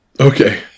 okay